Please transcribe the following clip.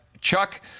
Chuck